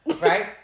right